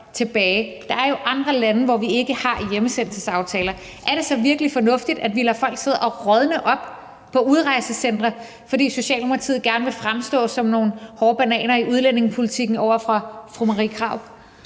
Der er jo andre lande, vi ikke har hjemsendelsesaftaler med. Er det så virkelig fornuftigt, at vi lader folk sidde og rådne op på udrejsecentre, fordi Socialdemokratiet gerne vil fremstå som nogle hårde bananer i udlændingepolitikken over for fru Marie Krarup?